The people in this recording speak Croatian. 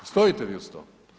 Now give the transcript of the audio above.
Stojite vi uz to?